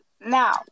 now